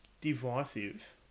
divisive